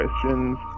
questions